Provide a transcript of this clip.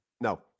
No